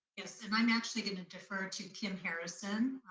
yes, and i'm actually gonna defer to kim harrison.